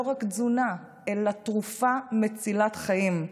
לא רק תזונה אלא תרופה מצילת חיים.